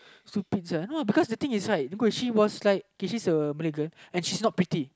so pissed uh you know cause the thing is right okay she's a Malay girl and she's not pretty